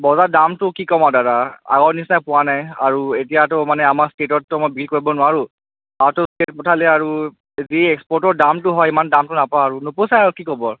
বজাৰৰ দামটো কি ক'ম আৰু দাদা আগৰ নিচিনা পোৱা নাই আৰু এতিয়াতো মানে আমাৰ ষ্টেটততো মই বিক্ৰী কৰিব নোৱাৰোঁ পঠালে আৰু যি এক্সপৰ্টৰ দামটো হয় সিমান দামটো নাপাওঁ আৰু নোপোচাই আৰু কি ক'ব আৰু